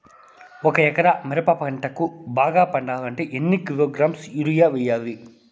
ఒక ఎకరా మిరప పంటకు బాగా పండాలంటే ఎన్ని కిలోగ్రామ్స్ యూరియ వెయ్యాలి?